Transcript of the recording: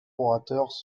orateurs